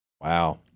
Wow